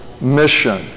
mission